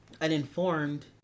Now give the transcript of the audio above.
uninformed